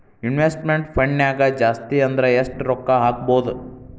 Investment ಫಂಡ್ನ್ಯಾಗ ಜಾಸ್ತಿ ಅಂದ್ರ ಯೆಷ್ಟ್ ರೊಕ್ಕಾ ಹಾಕ್ಬೋದ್?